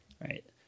right